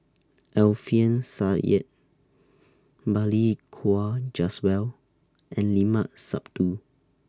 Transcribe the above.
Alfian Sa'at Balli Kaur Jaswal and Limat Sabtu